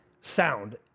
sound